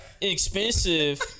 Expensive